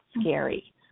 scary